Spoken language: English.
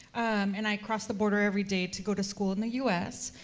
and i crossed the border every day to go to school in the us,